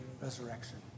resurrection